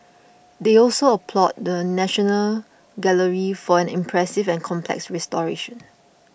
they also applauded the National Gallery for an impressive and complex restoration